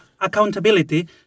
accountability